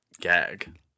Gag